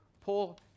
Paul